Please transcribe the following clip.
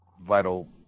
vital